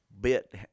bit